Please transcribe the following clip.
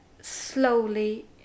slowly